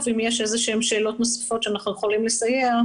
אם יש איזה שהן שאלות נוספות שאנחנו יכולים לסייע,